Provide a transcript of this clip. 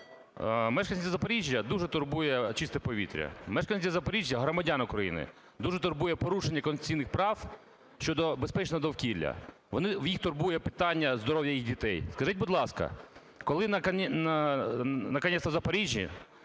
Мешканців Запоріжжя дуже турбує чисте повітря. Мешканців Запоріжжя – громадян України дуже турбує порушення конституційних прав щодо безпечного довкілля. Їх турбує питання здоров'я їх дітей. Скажіть, будь ласка, коли накінець в Запоріжжі